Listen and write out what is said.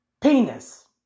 penis